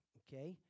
okay